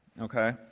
Okay